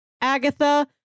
Agatha